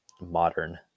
modern